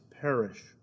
perish